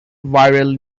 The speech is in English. viral